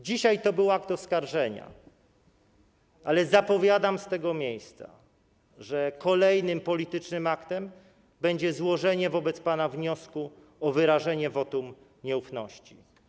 Dzisiaj to był akt oskarżenia, ale zapowiadam z tego miejsca, że kolejnym politycznym aktem będzie złożenie wobec pana wniosku o wyrażenie wotum nieufności.